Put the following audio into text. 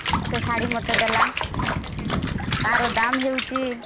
ସେ ଶାଢ଼ୀ ମୋତେ ଦେଲା ତା'ର ଦାମ୍ ହେଉଛି